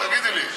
תגידי לי?